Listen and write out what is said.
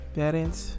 parents